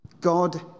God